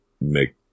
make